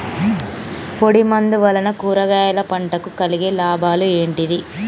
పొడిమందు వలన కూరగాయల పంటకు కలిగే లాభాలు ఏంటిది?